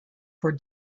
for